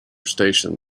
stationed